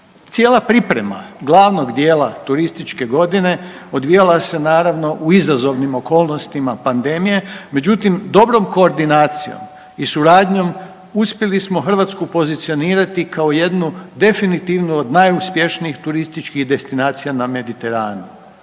Cijela priprema glavnog dijela turističke godine odvijala se naravno u izazovnim okolnostima pandemije, međutim dobrom koordinacijom i suradnjom uspjeli smo Hrvatsku pozicionirati kao jednu definitivnu od najuspješnijih turističkih destinacija na Mediteranu.